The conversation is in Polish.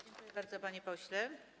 Dziękuję bardzo, panie pośle.